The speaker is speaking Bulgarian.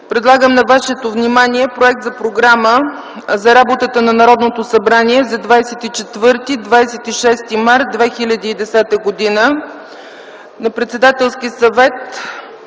предлагам на вашето внимание проект за програма за работата на Народното събрание за 24-26 март 2010 г. На Председателския съвет,